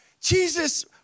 Jesus